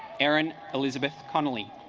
erin elizabeth connelly